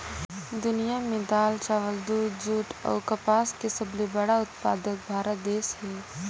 दुनिया में दाल, चावल, दूध, जूट अऊ कपास के सबले बड़ा उत्पादक भारत देश हे